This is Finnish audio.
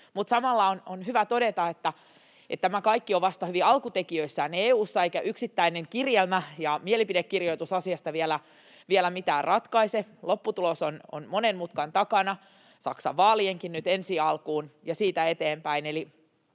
samalla on hyvä todeta, että tämä kaikki on vasta hyvin alkutekijöissään EU:ssa eikä yksittäinen kirjelmä tai mielipidekirjoitus asiasta vielä mitään ratkaise, lopputulos on monen mutkan takana — Saksan vaalienkin nyt ensi alkuun ja siitä eteenpäin.